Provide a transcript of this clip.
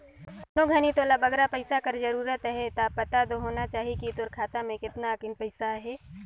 कोनो घनी तोला बगरा पइसा कर जरूरत अहे ता पता दो होना चाही कि तोर खाता में केतना अकन पइसा अहे